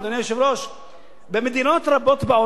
שבמדינות רבות בעולם מתמודדים עם הסוגיה הזאת,